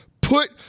put